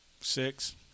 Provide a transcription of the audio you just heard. Six